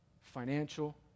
financial